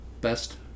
best